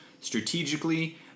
Strategically